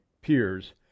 peers